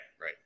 Right